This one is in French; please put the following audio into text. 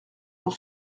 pour